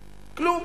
כלום.